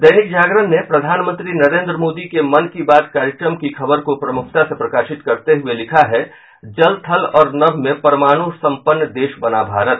दैनिक जागरण ने प्रधानमंत्री नरेंद्र मोदी के मन की बात कार्यक्रम की खबर को प्रमुखता से प्रकाशित करते हुये लिखा है जल थल और नभ में परमाणु संपन्न देश बना भारत